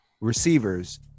receivers